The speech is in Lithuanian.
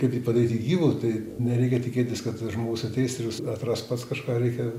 kaip jį padaryti gyvu tai nereikia tikėtis kad žmogus ateis ir atras pats kažką reikia